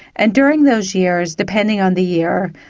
and during those years, depending on the year,